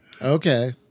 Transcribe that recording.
okay